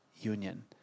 union